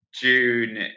June